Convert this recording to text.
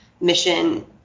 mission